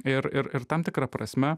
ir ir ir tam tikra prasme